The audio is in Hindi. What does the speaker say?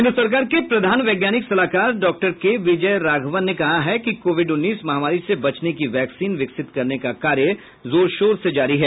केन्द्र सरकार के प्रधान वैज्ञानिक सलाहकार डॉक्टर के विजय राघवन ने कहा है कि कोविड उन्नीस महामारी से बचने की वैक्सीन विकसित करने का कार्य जोर शोर से जारी है